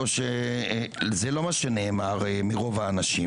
זה לא מה שנאמר על-ידי רוב האנשים.